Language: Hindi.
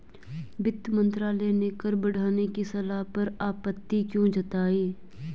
वित्त मंत्रालय ने कर बढ़ाने की सलाह पर आपत्ति क्यों जताई?